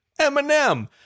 Eminem